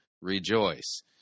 rejoice